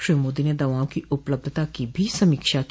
श्री मोदी ने दवाओं की उपलब्धता की भी समीक्षा की